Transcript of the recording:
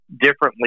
differently